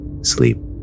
Sleep